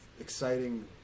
exciting